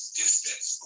distance